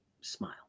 Smile